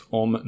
om